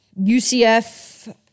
UCF